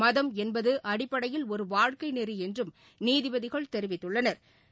மதம் என்பது அடிப்படையில் ஒரு வாழ்க்கை நெறி என்றும் நீதிபதிகள் தெரிவித்துள்ளனா்